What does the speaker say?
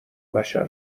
بشر